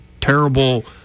terrible